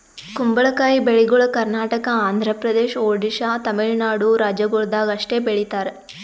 ಕುಂಬಳಕಾಯಿ ಬೆಳಿಗೊಳ್ ಕರ್ನಾಟಕ, ಆಂಧ್ರ ಪ್ರದೇಶ, ಒಡಿಶಾ, ತಮಿಳುನಾಡು ರಾಜ್ಯಗೊಳ್ದಾಗ್ ಅಷ್ಟೆ ಬೆಳೀತಾರ್